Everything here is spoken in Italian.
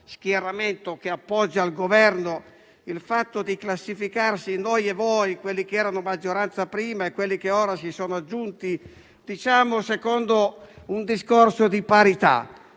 schieramento che appoggia il Governo, il fatto di classificarsi, noi e voi - quelli che erano maggioranza prima e quelli che si sono aggiunti ora - secondo un discorso di parità.